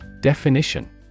Definition